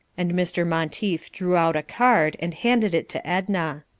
and mr. monteith drew out a card and handed it to edna.